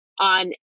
on